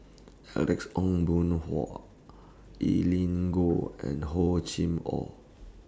Alex Ong Boon Hau Evelyn Goh and Hor Chim Or